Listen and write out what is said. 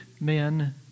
men